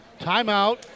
Timeout